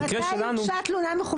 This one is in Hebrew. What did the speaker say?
מתי הוגשה התלונה המקוונת?